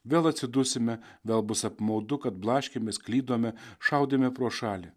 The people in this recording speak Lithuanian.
vėl atsidusime gal bus apmaudu kad blaškėmės klydome šaudėme pro šalį